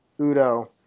Udo